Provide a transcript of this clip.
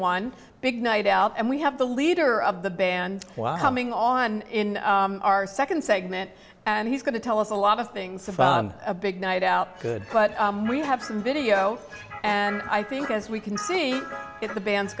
one big night out and we have the leader of the band coming on in our nd segment and he's going to tell us a lot of things about a big night out good but we have some video and i think as we can see it's the ban